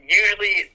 usually